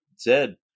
Zed